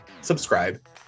subscribe